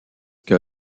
que